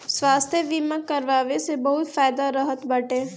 स्वास्थ्य बीमा करवाए से बहुते फायदा रहत बाटे